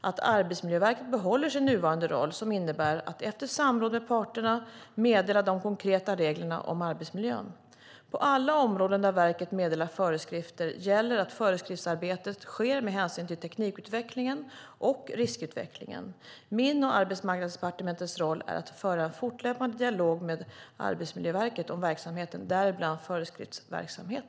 att Arbetsmiljöverket behåller sin nuvarande roll som innebär att efter samråd med parterna meddela de konkreta reglerna om arbetsmiljön. På alla områden där verket meddelar föreskrifter gäller att föreskriftsarbetet sker med hänsyn till teknikutveckling och riskutveckling. Min och Arbetsmarknadsdepartementets roll är att föra en fortlöpande dialog med Arbetsmiljöverket om verksamheten, däribland föreskriftsverksamheten.